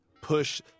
push